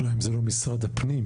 השאלה, אם זה לא משרד הפנים.